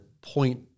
point